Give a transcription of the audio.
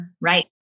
Right